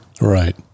right